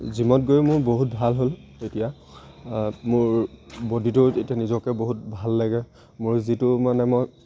জিমত গৈ মোৰ বহুত ভাল হ'ল এতিয়া মোৰ বডিটো এতিয়া নিজকে বহুত ভাল লাগে মোৰ যিটো মানে মই